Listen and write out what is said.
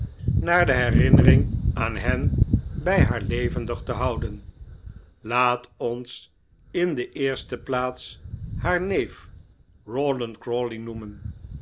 naar de herinnering aan hen bij haar levendig te houden laat ons in de eerste plaats haar neef rawdon crawley noemen